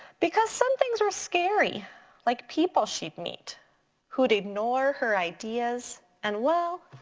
because some things were scary like people she'd meet who'd ignore her ideas and well,